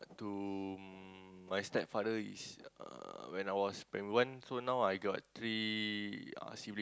to my stepfather is uh when I was primary one so now I got three uh sibling